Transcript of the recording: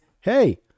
Hey